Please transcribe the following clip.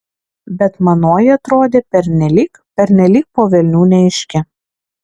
bet manoji atrodė pernelyg pernelyg po velnių neaiški